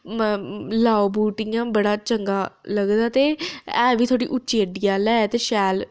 लाओ बूट इ'यां बड़ा चंगा लगदा ते है बी थोह्ड़ा उच्ची अड्डी आह्ला ऐ ते शैल